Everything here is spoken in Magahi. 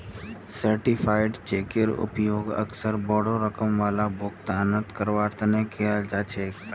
सर्टीफाइड चेकेर उपयोग अक्सर बोडो रकम वाला भुगतानक करवार तने कियाल जा छे